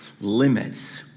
limits